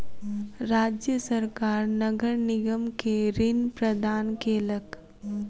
राज्य सरकार नगर निगम के ऋण प्रदान केलक